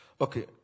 Okay